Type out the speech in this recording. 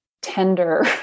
tender